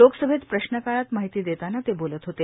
लोकसभेत प्रश्नकाळात माहिती देताना ते बोलत होते